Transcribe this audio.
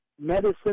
medicine